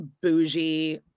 bougie